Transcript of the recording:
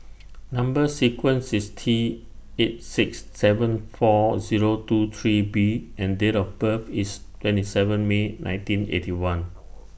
Number sequence IS T eight six seven four Zero two three B and Date of birth IS twenty seven May nineteen Eighty One